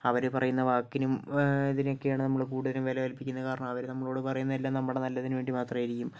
അവര് പറയുന്ന വാക്കിനും ഇതിനുമൊക്കെയാണ് നമ്മള് കൂടുതലും വില കൽപിക്കുന്നത് കാരണം അവർ നമ്മളോട് പറയുന്നതെല്ലാം നമ്മുടെ നല്ലതിന് വേണ്ടി മാത്രമായിരിക്കും